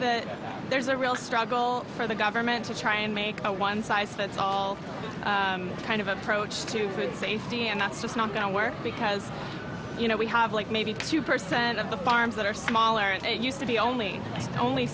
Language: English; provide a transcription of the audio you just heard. that there's a real struggle for the government to try and make a one size fits all kind of approach to food safety and that's just not going to work because you know we have like maybe two percent of the farms that are smaller and used to be only only